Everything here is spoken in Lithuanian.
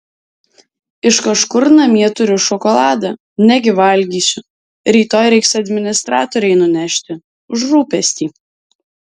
iš kažkur namie turiu šokoladą negi valgysiu rytoj reiks administratorei nunešti už rūpestį